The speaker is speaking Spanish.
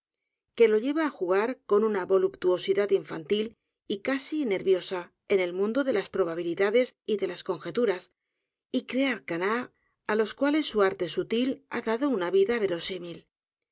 que lo lleva á j u g a r con una voluptuosidad infantil y casi nerviosa eri el mundo de las probabilidades y de las conjeturas y crear canards á los cuales su arte sutil ha dado una vida verosímil